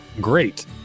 great